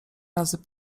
razy